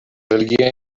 religiaj